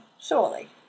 surely